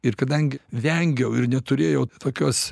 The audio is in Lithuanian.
ir kadangi vengiau ir neturėjau tokios